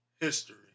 History